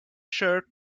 shirt